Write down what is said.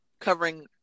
covering